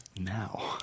now